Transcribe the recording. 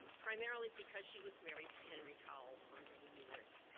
primarily because she was married to henry cowell for many years.